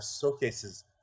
showcases